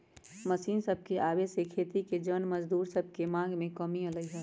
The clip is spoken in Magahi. मशीन सभके आबे से खेती के जन मजदूर सभके मांग में कमी अलै ह